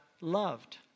loved